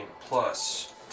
plus